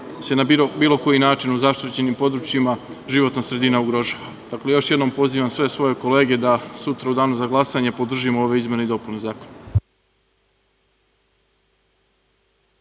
se na bilo koji način u zaštićenim područjima životna sredina ugrožava. Dakle, još jednom pozivam sve svoje kolege da sutra u danu za glasanje podržimo ove izmene i dopune zakona. Hvala.